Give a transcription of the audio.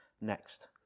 next